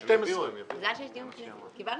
PayPal,